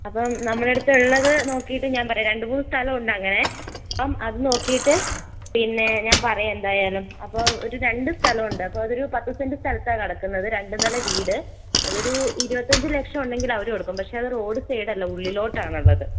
അപ്പം നമ്മുടെ അടുത്തുള്ളത് നോക്കിയിട്ട് ഞാൻ പറയാം രണ്ടുമൂന്നു സ്ഥലമുണ്ടങ്ങനെ അപ്പം അത് നോക്കിയിട്ട് പിന്നെ ഞാൻ പറയാം എന്തായാലും അപ്പം ഒരു രണ്ട് സ്ഥലമുണ്ട് അതൊരു പത്ത് സെൻറ് സ്ഥലത്താണ് കിടക്കുന്നത് രണ്ട് നില വീട് അതൊരു ഇരുപത്തഞ്ച് ലക്ഷം ഉണ്ടെങ്കിൽ അവരു കൊടുക്കും പക്ഷേ അവിടെ റോഡ് സൈഡല്ല ഉള്ളിലോട്ടാണുള്ളത്